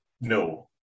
No